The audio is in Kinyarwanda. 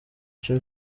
icyo